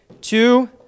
two